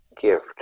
gift